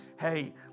hey